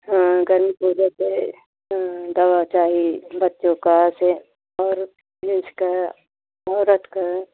हाँ गर्मी की वजह से हाँ दवा चाहिये बच्चों का से और जेन्ट्स का औरत का